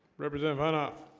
represent vanna